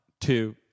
two